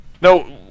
No